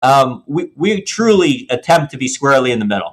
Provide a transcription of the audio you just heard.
We truly attempt to be squarely in the middle